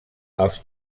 els